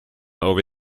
over